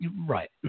right